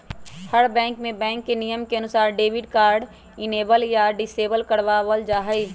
हर bank में bank के नियम के अनुसार डेबिट कार्ड इनेबल या डिसेबल करवा वल जाहई